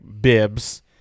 bibs